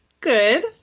Good